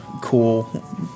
cool